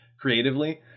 creatively